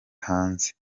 hanze